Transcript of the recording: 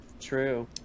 true